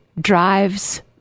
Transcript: drives